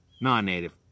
non-native